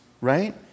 right